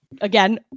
Again